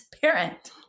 parent